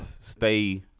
stay